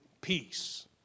peace